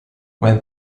when